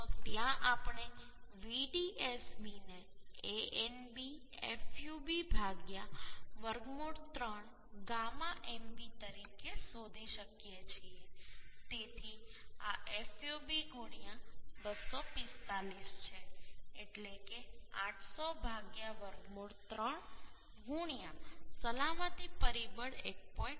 તો ત્યાં આપણે Vdsb ને Anb fub વર્ગમૂળ 3 gamma mb તરીકે શોધી શકીએ છીએ તેથી આ fub 245 છે એટલે કે 800 વર્ગમૂળ 3 સલામતી પરિબળ 1